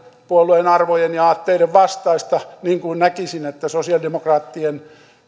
puolueen arvojen ja aatteiden vastaista kun näkisin että sosialidemokraattien ensisijainen